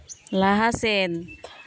ᱞᱟᱦᱟ ᱥᱮᱫ